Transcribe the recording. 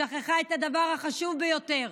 שכחה את הדבר החשוב ביותר,